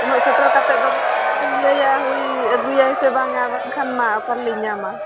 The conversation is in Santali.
ᱩᱱᱟᱹᱜ ᱥᱮᱴᱮᱨ ᱠᱟᱛᱮᱫ ᱫᱚ ᱪᱮᱫᱤᱧ ᱞᱟᱹᱭᱟ ᱟᱹᱜᱩᱭᱟᱭ ᱥᱮ ᱵᱟᱝᱟ ᱵᱟᱝᱠᱷᱟᱱ ᱢᱟ ᱚᱠᱟᱨᱮᱞᱤᱧ ᱧᱟᱢᱟ